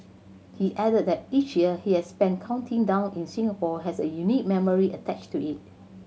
he added that each year he has spent counting down in Singapore has a unique memory attached to it